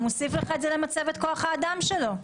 הוא מוסיף לך את זה למצבת כוח האדם שלו.